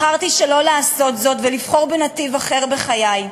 בחרתי שלא לעשות זאת ולבחור בנתיב אחר בחיי,